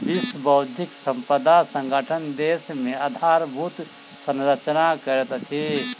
विश्व बौद्धिक संपदा संगठन देश मे आधारभूत संरचना करैत अछि